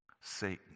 Satan